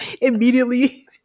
immediately